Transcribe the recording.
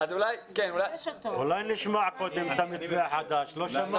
אולי נשמע קודם את המתווה החדש שלא שמענו אותו.